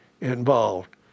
involved